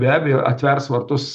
be abejo atvers vartus